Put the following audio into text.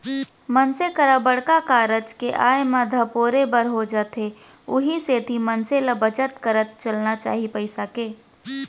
मनसे करा बड़का कारज के आय म धपोरे बर हो जाथे उहीं सेती मनसे ल बचत करत चलना चाही पइसा के